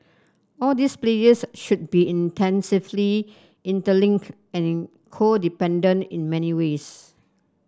all these players should be intensively interlink and in codependent in many ways